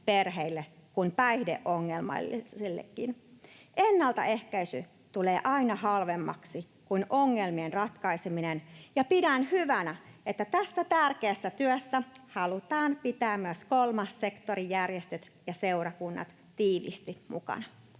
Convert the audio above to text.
perheille kuin päihdeongelmaisillekin. Ennaltaehkäisy tulee aina halvemmaksi kuin ongelmien ratkaiseminen, ja pidän hyvänä, että tässä tärkeässä työssä halutaan pitää myös kolmas sektori, järjestöt ja seurakunnat tiiviisti mukana.